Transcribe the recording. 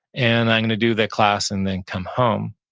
and i'm going to do that class and then come home.